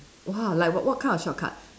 !wah! like what what kind of shortcut